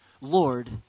Lord